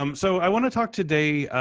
um so i want to talk today,